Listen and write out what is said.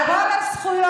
על כל הזכויות.